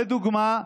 לדוגמה,